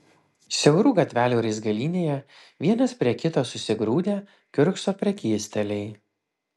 siaurų gatvelių raizgalynėje vienas prie kito susigrūdę kiurkso prekystaliai